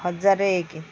ହଜାର ଏକ